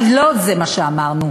אבל לא זה מה שאמרנו.